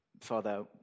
Father